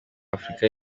afurika